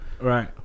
Right